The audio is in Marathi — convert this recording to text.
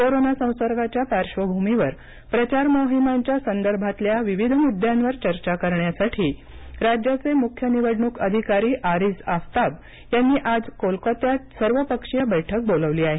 कोरोना संसर्गाच्या पार्श्वभूमीवर प्रचार मोहिमांच्या संदर्भातल्या विविध मुद्द्यांवर चर्चा करण्यासाठी राज्याचे मुख्य निवडणूक अधिकारी आरीझ आफताब यांनी आज कोलकत्यात सर्वपक्षीय बैठक बोलावली आहे